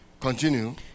continue